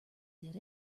did